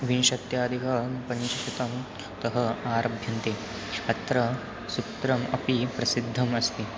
विंशत्याधिक पञ्चशतं तः आरभ्यन्ते अत्र सूत्रम् अपि प्रसिद्धम् अस्ति